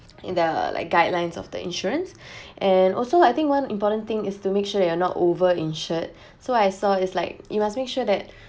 in the guidelines of the insurance and also I think one important thing is to make sure that you are not over insured so I saw is like you must make sure that